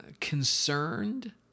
concerned